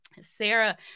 Sarah